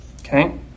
Okay